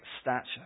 stature